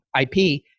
IP